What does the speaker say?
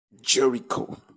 Jericho